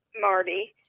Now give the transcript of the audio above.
Marty